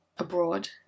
abroad